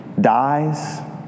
dies